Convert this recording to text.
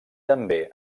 també